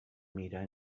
mirar